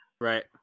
Right